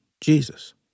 Jesus